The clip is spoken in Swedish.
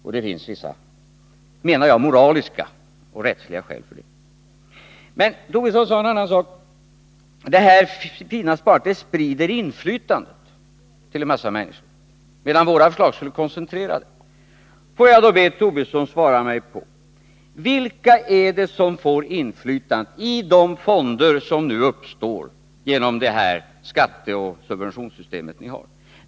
Dessutom finns, menar jag, vissa moraliska och rättsliga skäl. Lars Tobisson sade en annan sak. Han sade att detta fina sparande sprider inflytandet till en massa människor, medan våra förslag skulle koncentrera inflytandet. Får jag då be Lars Tobisson svara mig: Vilka är det som får inflytande i de fonder som nu uppstår genom det skatteoch subventionssystem vi har?